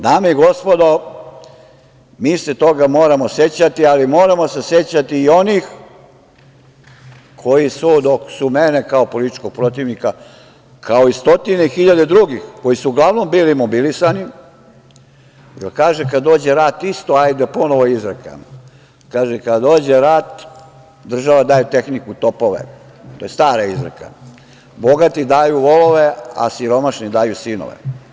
Dame i gospodo, mi se toga moramo sećati, ali moramo se sećati i onih koji su kao ja, politički protivnik, kao i stotine hiljade drugih koji su uglavnom bili mobilisani, jer kažu – kada dođe rat, hajde ponovo izreka, država daje tehniku, topove, to je stara izreka, bogati daju volove, a siromašni daju sinove.